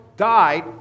Died